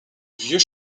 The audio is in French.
vieux